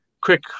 quick